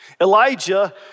Elijah